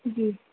जी